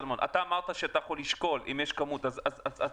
אמרת שאתה יכול לשקול אם יש כמות של אנשים,